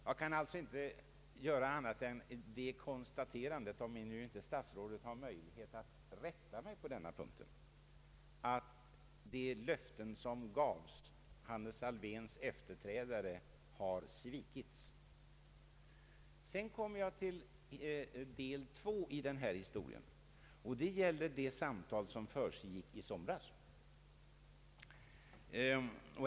Jag kan alltså inte göra annat än konstatera, om nu inte statsrådet har möjlighet att rätta mig på denna punkt, att de löften som gavs Hannes Alfvéns efterträdare har svikits. Sedan kommer jag till del två i denna historia, vilken gäller de samtal som fördes i somras.